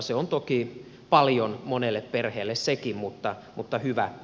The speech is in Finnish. se on toki paljon monelle perheelle sekin mutta hyvä näin